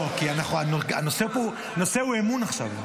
לא, כי הנושא הוא אי-אמון עכשיו.